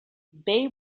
bey